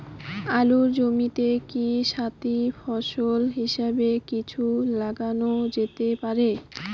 আলুর জমিতে কি সাথি ফসল হিসাবে কিছু লাগানো যেতে পারে?